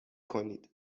کنید